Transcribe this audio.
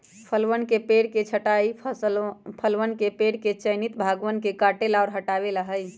फलवन के पेड़ के छंटाई फलवन के पेड़ के चयनित भागवन के काटे ला और हटावे ला हई